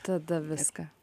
tada viską